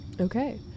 okay